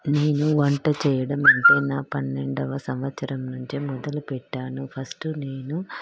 నేను వంట చేయడం అంటే నా పన్నెండవ సంవత్సరం నుంచి మొదలు పెట్టాను ఫస్ట్ నేను